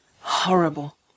Horrible